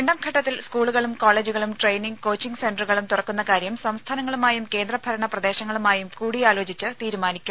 രണ്ടാം ഘട്ടത്തിൽ സ്കൂളുകളും കോളജുകളും ട്രെയിനിങ്ങ് കോച്ചിങ്ങ് സെന്ററുകളും തുറക്കുന്ന കാര്യം സംസ്ഥാനങ്ങളുമായും കേന്ദ്രഭരണ പ്രദേശങ്ങളുമായും കൂടിയാലോചിച്ച് തീരുമാനിക്കും